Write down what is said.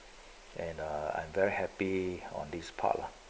and I'm very happy or this part lah